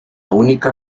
única